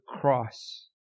cross